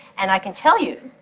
and i can tell you,